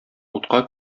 утка